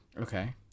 okay